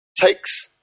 takes